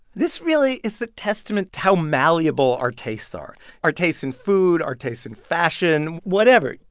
this really is a testament to how malleable our tastes are our tastes in food, our tastes in fashion, whatever.